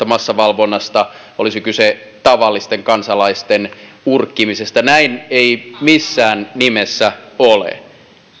massavalvonnasta olisi kyse tavallisten kansalaisten urkkimisesta näin ei missään nimessä ole